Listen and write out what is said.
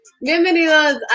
Bienvenidos